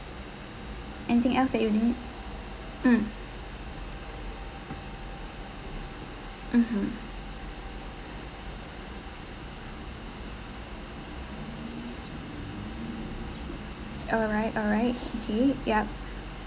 anything else that you need mm mmhmm alright alright okay yup